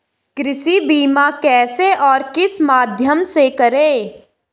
कृषि बीमा कैसे और किस माध्यम से करें?